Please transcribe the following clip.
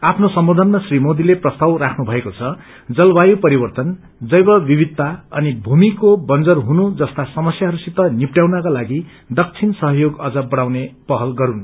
आफ्नो सम्बोधनमा श्री मोदीले प्रस्ताव राख्नु भएको छ जलवायु परिवर्तन जैव विविधता अनि भूमिको बंजर हुनु जस्ता समस्याहरूसित निप्टयाउनका लागि दक्षिण यहयोग अझ बढ़ाउने पहल गरून्